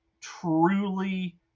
truly